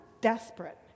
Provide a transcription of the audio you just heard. desperate